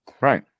Right